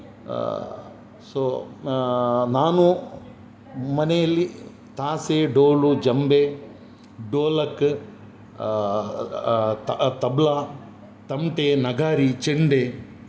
so ನಾನು ಮನೆಯಲ್ಲಿ ತಾಸೆ ಡೋಲು ಜಂಬೆ ಡೋಲಕ್ ತಬಲ ತಮಟೆ ನಗಾರಿ ಚೆಂಡೆ